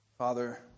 Father